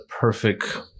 perfect